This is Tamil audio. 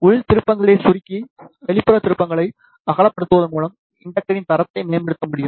உள் திருப்பங்களை சுருக்கி வெளிப்புற திருப்பங்களை அகலப்படுத்துவதன் மூலம் இண்டக்டரின் தரத்தை மேம்படுத்த முடியும்